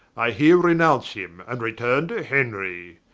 i heere renounce him, and returne to henry.